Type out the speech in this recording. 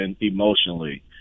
emotionally